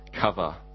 cover